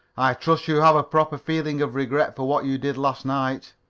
i trust you have a proper feeling of regret for what you did last night.